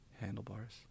handlebars